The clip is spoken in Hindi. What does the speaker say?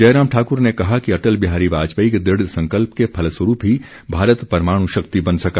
जयराम ठाकुर ने कहा कि अटल बिहारी वाजपेयी के दृढ़ संकल्प के फलस्वरूप ही भारत परमाणु शक्ति बन सका